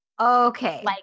Okay